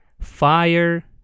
fire